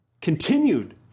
continued